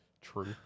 True